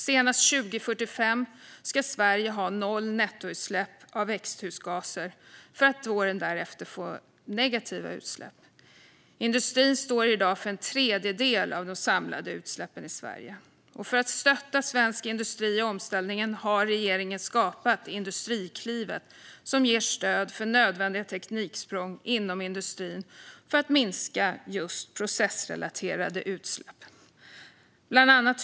Senast 2045 ska Sverige ha noll nettoutsläpp av växthusgaser för att våren därefter få negativa utsläpp. Industrin står i dag för en tredjedel av de samlade utsläppen i Sverige. För att stötta svensk industri i omställningen har regeringen skapat Industriklivet, som ger stöd för nödvändiga tekniksprång inom industrin för att minska just processrelaterade utsläpp.